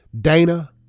Dana